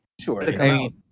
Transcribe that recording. Sure